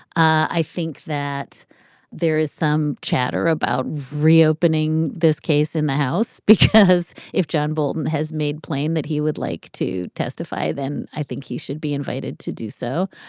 i think that there is some chatter about reopening this case in the house, because if john bolton has made plain that he would like to testify, then i think he should be invited to do so.